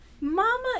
Mama